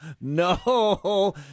no